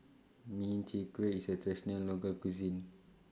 Min Chiang Kueh IS A Traditional Local Cuisine